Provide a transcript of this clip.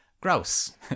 gross